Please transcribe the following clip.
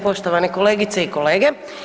Poštovane kolegice i kolege.